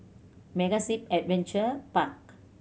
MegaZip Adventure Park